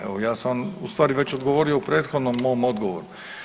Evo ja sam u stvari već odgovorio u prethodnom mom odgovoru.